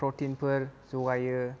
प्रथिन फोर जगायो